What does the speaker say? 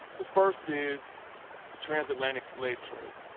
the first is the transatlantic slave trade.